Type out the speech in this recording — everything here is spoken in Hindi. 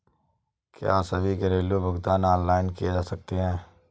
क्या सभी घरेलू भुगतान ऑनलाइन किए जा सकते हैं?